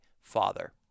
Father